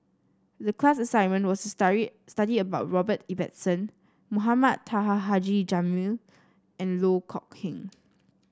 the class assignment was to study about Robert Ibbetson Mohamed Taha Haji Jamil and Loh Kok Heng